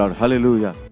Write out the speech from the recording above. um holy you yeah